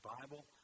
Bible